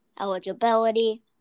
eligibility